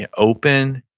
and open,